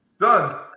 Done